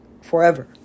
forever